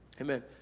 Amen